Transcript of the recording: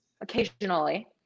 occasionally